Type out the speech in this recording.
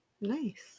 Nice